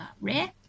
rare